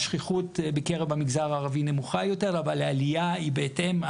השכיחות בקרב המגזר הערבי נמוכה יותר אבל העלייה היא בהתאם,